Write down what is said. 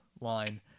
line